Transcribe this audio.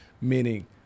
meaning